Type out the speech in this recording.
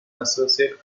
associate